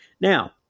Now